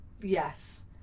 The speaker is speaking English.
Yes